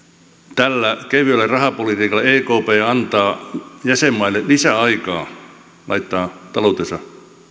tällä kevyellä rahapolitiikalla ekp antaa jäsenmaille lisäaikaa laittaa taloutensa